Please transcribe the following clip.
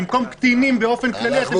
במקום קטינים באופן כללי, אתם מצמצמים.